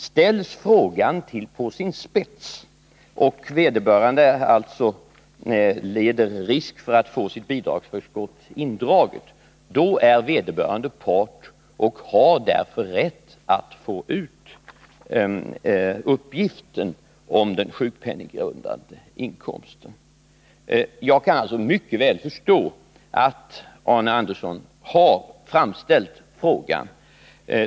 Ställs frågan på sin spets, och vederbörande alltså lider risk att få sitt bidragsförskott indraget, är vederbörande part och har därför rätt att få ut uppgiften om den sjukpenninggrundande inkomsten. Jag kan alltså mycket väl förstå att Arne Andersson i Gustafs har framställt frågan.